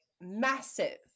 massive